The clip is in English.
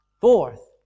Fourth